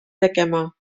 tegema